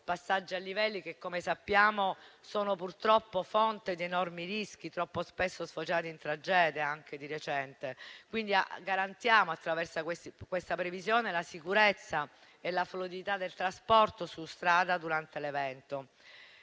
passaggi a livello della SS 38, che - come sappiamo - sono purtroppo fonte di enormi rischi, troppo spesso sfociati in tragedia anche di recente. Quindi garantiamo, attraverso questa previsione, la sicurezza e la fluidità del trasporto su strada durante l'evento.